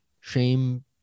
shame